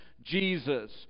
Jesus